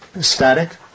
static